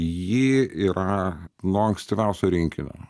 ji yra nuo ankstyviausio rinkinio